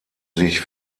sich